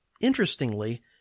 Interestingly